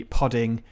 podding